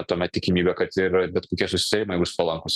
tuomet tikimybė kad ir bet kokie susitarimai bus palankūs